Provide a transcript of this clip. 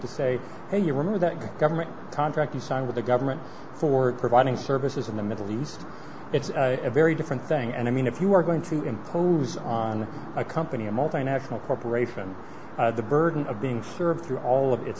to say hey you remember that government contract you sign with the government for providing services in the middle east it's a very different thing and i mean if you are going to impose on a company a multinational corporation the burden of being served through all of it